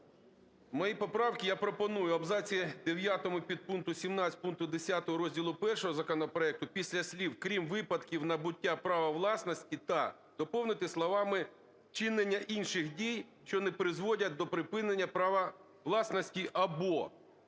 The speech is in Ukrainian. моїй поправці я пропоную в абзаці дев'ятому підпункту 17 пункту 10 розділу І законопроекту після слів "(крім випадків набуття права власності та" доповнити словами "вчинення інших дій, що не призводять до припинення права власності або".